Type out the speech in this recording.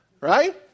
right